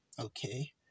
Okay